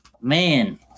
Man